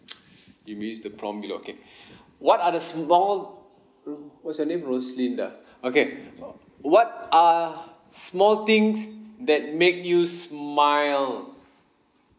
you missed the prompt bit okay what are the small ro~ what's your name roslinda okay uh what are small things that made you smile